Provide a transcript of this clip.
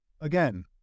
again